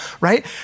right